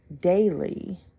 daily